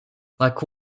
like